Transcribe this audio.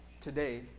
today